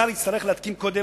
השר יצטרך להתקין קודם,